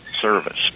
service